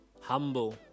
humble